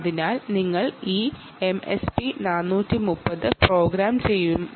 അതിനാൽ നിങ്ങൾ ഈ എംഎസ്പി 430 നെ പ്രോഗ്രാം ചെയ്യേണ്ടി വരുന്നു